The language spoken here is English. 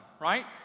right